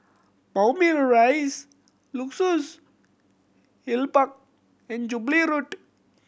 Moulmein Rise Luxus Hill Park and Jubilee Road